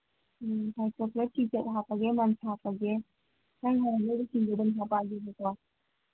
ꯎꯝ ꯍꯣꯏ ꯆꯣꯀ꯭ꯂꯦꯠꯀꯤꯁꯨ ꯍꯥꯞꯄꯒꯦ ꯃꯟꯁ ꯍꯥꯞꯄꯒꯦ ꯅꯪ ꯌꯣꯟꯒꯗꯧꯕꯁꯤꯡꯗꯨ ꯑꯗꯨꯝ ꯍꯥꯞꯄꯛꯑꯒꯦꯕꯀꯣ